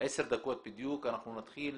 בוקר טוב לכולם, אני מתכבד